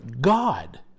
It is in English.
God